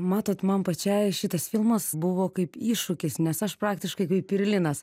matot man pačiai šitas filmas buvo kaip iššūkis nes aš praktiškai kaip ir linas